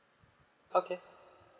okay